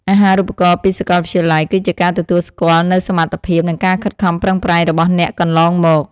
អាហារូបករណ៍ពីសាកលវិទ្យាល័យ គឺជាការទទួលស្គាល់នូវសមត្ថភាពនិងការខិតខំប្រឹងប្រែងរបស់អ្នកកន្លងមក។